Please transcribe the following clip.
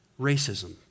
racism